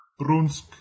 Brunsk